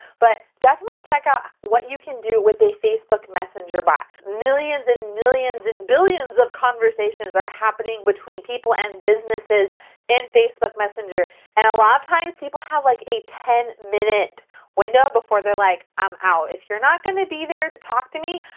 but definitely check out what you can do with a facebook messenger bot. millions and millions and billions of conversations are happening between people and businesses in facebook messenger and a lot of times people have like a ten minute window before they're like, i'm out. if you're not gonna be there to talk to me,